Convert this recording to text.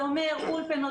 זה אומר אולפנות,